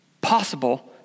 possible